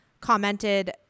commented